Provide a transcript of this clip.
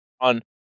On